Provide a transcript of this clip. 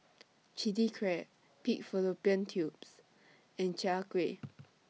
Chilli Crab Pig Fallopian Tubes and Chai Kueh